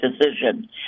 decision